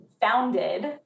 founded